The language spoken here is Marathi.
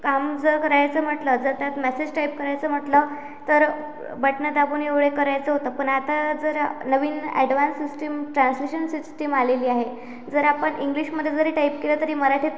काम जर करायचं म्हटलं जर त्यात मेसेज टाईप करायचं म्हटलं तर बटणं दाबून एवढे करायचं होतं पण आता जर नवीन ॲडव्हान्स सिस्टीम ट्रान्सलेशन सिस्टीम आलेली आहे जर आपण इंग्लिशमध्ये जरी टाईप केलं तरी मराठीत